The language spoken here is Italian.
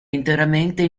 interamente